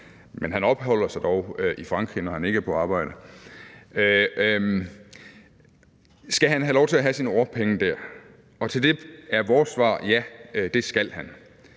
men han opholder sig dog i Frankrig, når han ikke er på arbejde. Skal han have lov til at have sine årpenge dér? Til det er vores svar: Ja, det skal han.